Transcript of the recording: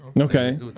Okay